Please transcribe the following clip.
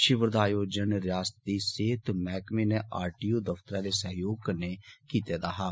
शिवर दा आयोजन रियासती सेहत मैहकमें आरटीओ दफतर दे सैहयोग कन्नै कीते दा हा